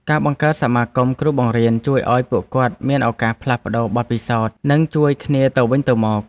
ការបង្កើតសមាគមគ្រូបង្រៀនជួយឱ្យពួកគាត់មានឱកាសផ្លាស់ប្តូរបទពិសោធន៍និងជួយគ្នាទៅវិញទៅមក។